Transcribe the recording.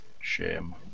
Shame